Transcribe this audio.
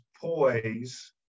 poise